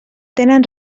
tenen